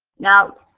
now,